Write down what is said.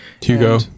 Hugo